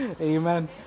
Amen